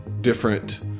different